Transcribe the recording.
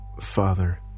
Father